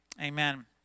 Amen